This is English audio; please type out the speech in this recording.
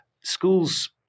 School's